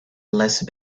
lesser